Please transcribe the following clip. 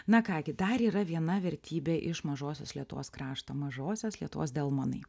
na ką gi dar yra viena vertybė iš mažosios lietuvos krašto mažosios lietuvos delmonai